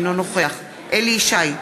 אינו נוכח אליהו ישי,